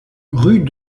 rue